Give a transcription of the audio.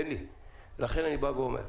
ולכן אני אומר,